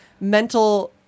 mental